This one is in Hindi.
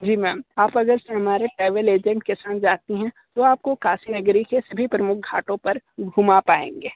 जी मैम आप अगर हमारे ट्रेवल एजेंट के साथ जाती हैं तो आपको काशी नगरी के सभी प्रमुख घाटों पर घूमा पाएंगे